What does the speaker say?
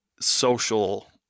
social